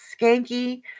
skanky